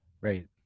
right